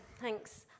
Thanks